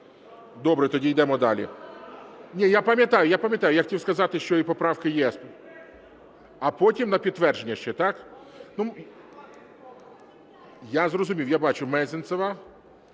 Добре, тоді ідемо далі. Ні, я пам'ятаю, я пам'ятаю, я хотів сказати, що і поправка "ЄС", а потім на підтвердження ще. Так? Я зрозумів, я бачу, Мезенцева,